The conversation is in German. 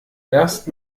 erst